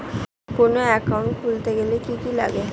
কোন একাউন্ট খুলতে গেলে কি কি লাগে?